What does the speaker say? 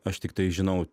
aš tiktai žinau